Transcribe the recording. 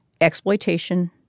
exploitation